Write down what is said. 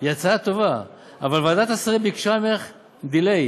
היא הצעה טובה, אבל ועדת השרים ביקשה ממך delay.